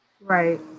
right